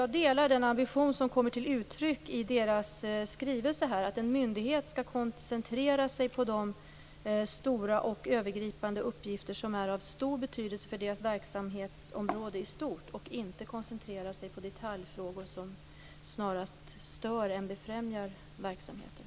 Jag delar den ambition som kommer till uttryck i skrivelsen att en myndighet skall koncentrera sig på de stora och övergripande uppgifter som är av stor betydelse för dess verksamhetsområde i stort och inte koncentrera sig på detaljfrågor som snarast stör än befrämjar verksamheten.